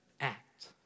Act